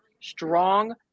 strong